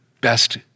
best